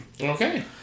Okay